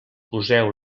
poseu